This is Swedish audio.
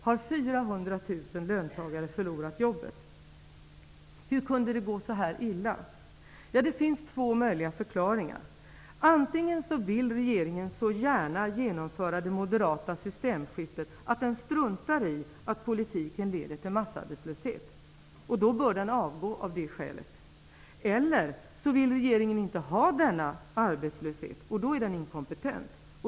Hur kunde det gå så här illa? Det finns två möjliga förklaringar. Antingen vill regeringen så gärna genomföra det moderata systemskiftet att den struntar i att politiken leder till massarbetslöshet. Då bör den avgå av det skälet. Eller också vill regeringen inte ha denna arbetslöshet, och då är den inkompetent.